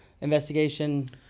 investigation